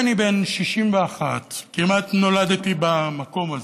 גברתי, אני בן 61. כמעט נולדתי במקום הזה.